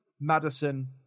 Madison